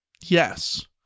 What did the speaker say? Yes